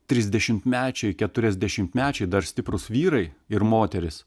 trisdešimtmečiai keturiasdešimtmečiai dar stiprūs vyrai ir moterys